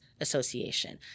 Association